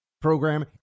program